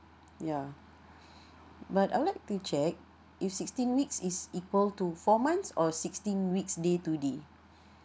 yeah but I would like to check if sixteen weeks is equal to four months or sixteen weeks day to day